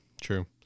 true